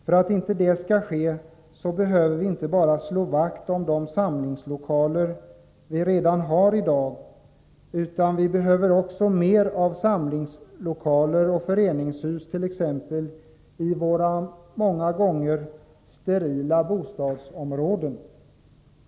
För att inte detta skall ske måste vi inte bara slå vakt om de samlingslokaler vi redan har i dag, utan vi behöver också mer av samlingslokaler och föreningshus i våra många gånger sterila bostadsområden.